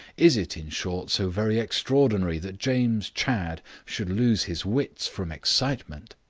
is it, in short, so very extraordinary that james chadd should lose his wits from excitement?